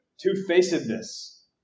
two-facedness